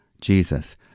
Jesus